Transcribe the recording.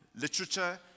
literature